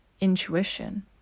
intuition